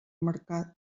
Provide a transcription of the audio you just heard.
mercat